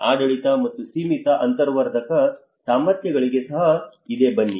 ಆಡಳಿತ ಮತ್ತು ಸೀಮಿತ ಅಂತರ್ವರ್ಧಕ ಸಾಮರ್ಥ್ಯಗಳಿಗೆ ಸಹ ಇದೆ ಬನ್ನಿ